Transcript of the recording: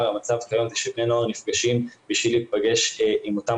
המצב כיום הוא שבני נוער נפגשים כדי להיפגש עם אותם